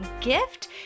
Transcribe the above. gift